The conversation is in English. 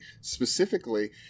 specifically